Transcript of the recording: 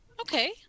Okay